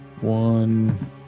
one